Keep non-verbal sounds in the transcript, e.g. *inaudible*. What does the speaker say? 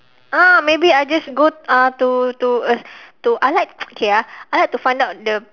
ah maybe I just go uh to to to I like *noise* okay ah I like to find out the